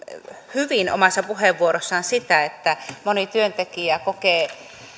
hyvin omassa puheenvuorossaan sitä että moni työntekijä kokee jo